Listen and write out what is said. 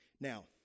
Now